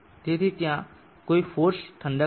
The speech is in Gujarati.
તેથી ત્યાં કોઈ ફોર્સ્ડ ઠંડક નથી